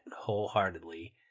wholeheartedly